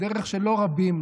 דרך שלא רבים